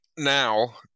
now